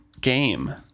game